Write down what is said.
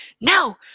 No